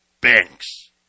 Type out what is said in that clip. banks